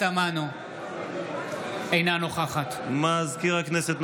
אינה נוכחת מזכיר הכנסת,